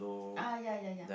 uh ya ya ya